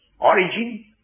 origin